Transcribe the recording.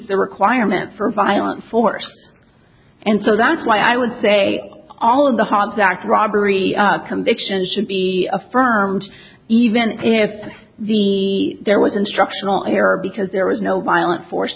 the requirement for a violent force and so that's why i would say all of the hobbs act robbery conviction should be affirmed even if the there was instructional error because there was no violent force